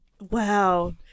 Wow